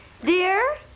Dear